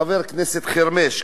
חבר הכנסת חרמש,